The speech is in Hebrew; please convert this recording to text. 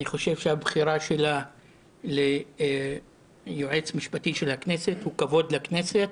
אני חושב שהבחירה ליועץ משפטי של הכנסת היא כבוד לכנסת,